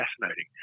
fascinating